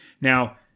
Now